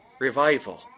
revival